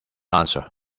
answer